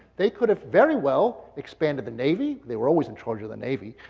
they could've very well expanded the navy. they were always in charge of the navy.